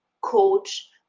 coach